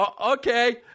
okay